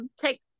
take